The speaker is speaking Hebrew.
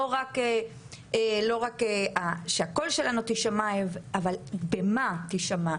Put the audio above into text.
לא רק שהקול שלנו יישמע אבל במה יישמע.